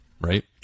right